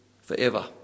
forever